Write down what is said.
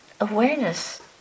awareness